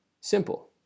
simple